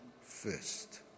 first